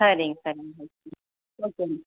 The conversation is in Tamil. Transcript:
சரிங்க சரிங்க வச்சிடுறேங்க ஓகேங்க